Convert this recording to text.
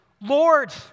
Lord